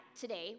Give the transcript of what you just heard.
today